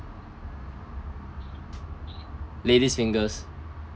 ladies fingers